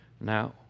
now